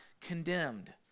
condemned